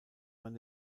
man